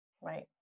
Right